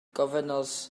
gofynnodd